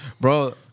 Bro